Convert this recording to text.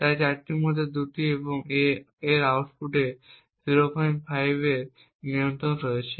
তাই চারটির মধ্যে দুটি এবং তাই A এর আউটপুটে 05 এর নিয়ন্ত্রণ রয়েছে